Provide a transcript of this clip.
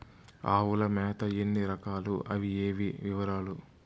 ఆవుల మేత ఎన్ని రకాలు? అవి ఏవి? వివరాలు?